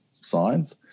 signs